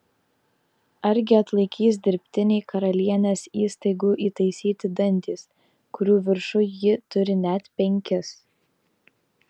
argi atlaikys dirbtiniai karalienės įstaigų įtaisyti dantys kurių viršuj ji turi net penkis